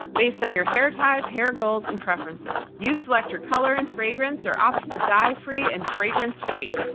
based on your hair type, hair goals, and preferences. you select your color and fragrance or opt for dye-free and fragrance-free.